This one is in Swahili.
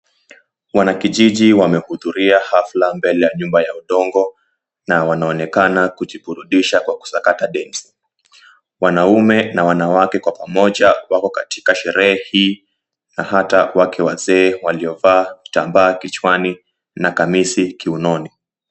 Wanakijiji wamehudhuria hafla mbele ya nyumba ya udongo, na wanaonekana kujiburudisha kwa kusakata densi. Wanaume na wanawake kwa pamoja, wako katika sherehe hii, na hata wake wazee waliovaa kitambaa kichwani na kamisi kiunoni.